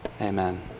Amen